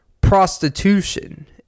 Prostitution